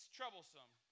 troublesome